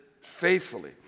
faithfully